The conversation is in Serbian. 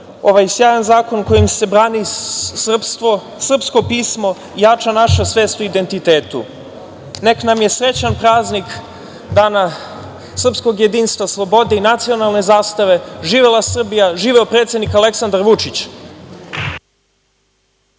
ovaj sjajan zakon kojim se brani srpstvo, srpsko pismo, jača naša svest o identitetu. Neka nam je srećan praznik Dana srpskog jedinstva, slobode i nacionalne zastave. Živela Srbija! Živeo predsednik Aleksandar Vučić!